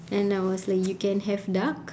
and I was like you can have duck